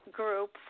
group